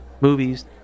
Movies